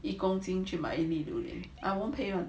一公斤去买一榴莲 I won't pay lah